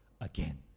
again